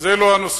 וזה לא הנושא.